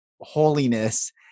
holiness